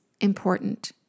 important